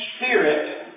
spirit